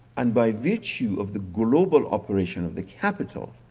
and by virtue of the global operation of the capital,